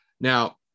Now